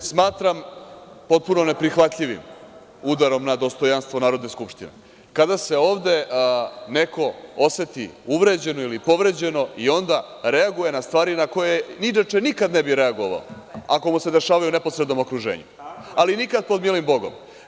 Znači, smatram potpuno neprihvatljivim udarom na dostojanstvo Narodne skupštine kada se ovde neko oseti uvređeno ili povređeno i onda reaguje na stvari na koje inače ne bi reagovao ako mu se dešavaju u neposrednom okruženju, ali nikad pod milim bogom.